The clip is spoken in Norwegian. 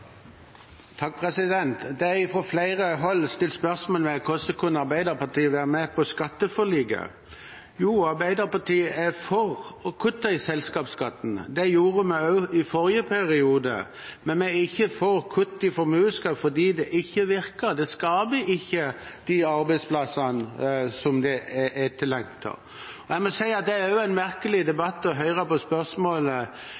Det er fra flere hold stilt spørsmål ved hvordan Arbeiderpartiet kunne være med på skatteforliket. Jo, Arbeiderpartiet er for å kutte i selskapsskatten. Det gjorde vi også i forrige periode. Men vi er ikke for å kutte i formuesskatten, for det virker ikke. Det skaper ikke de arbeidsplassene som er etterlengtet. Jeg må si at det også er